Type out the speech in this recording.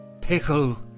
Pickle